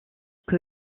que